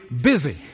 busy